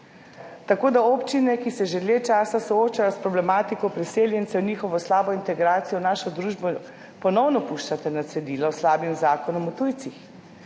Tako, da občine, ki se že dlje časa soočajo s problematiko priseljencev, njihovo slabo integracijo v našo družbo, ponovno puščate na cedilu s slabim Zakonom o tujcih.